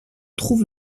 trouve